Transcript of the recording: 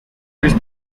vice